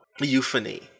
Euphony